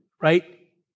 right